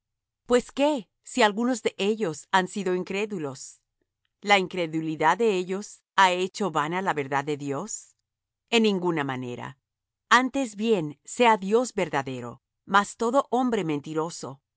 pues qué si algunos de ellos han sido incrédulos la incredulidad de ellos habrá hecho vana la verdad de dios en ninguna manera antes bien sea dios verdadero mas todo hombre mentiroso